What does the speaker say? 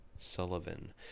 sullivan